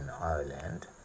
Ireland